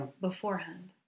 beforehand